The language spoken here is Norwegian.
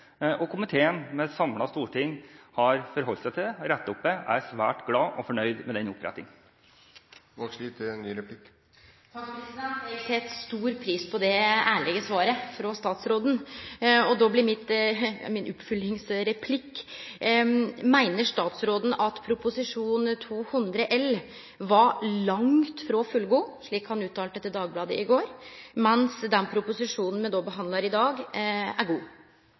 storting – har forholdt seg til det og rettet opp dette. Jeg er svært glad og fornøyd med den opprettingen. Eg set stor pris på det ærlege svaret frå statsråden. Då blir mitt oppfølgingsspørsmål: Meiner statsråden at Prop. 200 L for 2012–2013 «langt fra var fullgod», slik han uttalte til Dagbladet i går, mens den proposisjonen me behandlar i dag, er god? Mitt svar er